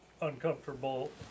uncomfortable